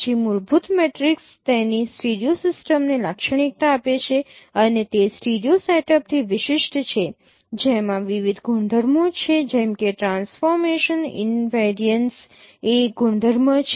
પછી મૂળભૂત મેટ્રિક્સ તેની સ્ટીરિયો સિસ્ટમને લાક્ષણિકતા આપે છે અને તે સ્ટીરિયો સેટઅપથી વિશિષ્ટ છે જેમાં વિવિધ ગુણધર્મો છે જેમ કે ટ્રાન્સફોર્મેશન ઇન્વેરિયન્સ એ એક ગુણધર્મ છે